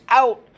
out